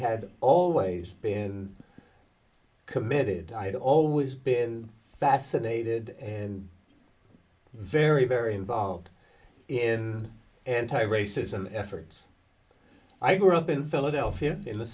had always been committed i had always been fascinated and very very involved in anti racism efforts i grew up in philadelphia in the